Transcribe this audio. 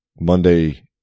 Monday